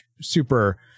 super